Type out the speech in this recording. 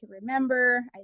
remember